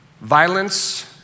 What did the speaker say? Violence